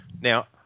Now